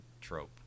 trope